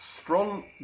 strong